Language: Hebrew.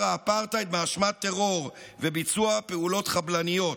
האפרטהייד באשמת טרור וביצוע פעולות חבלניות.